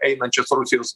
einančias rusijos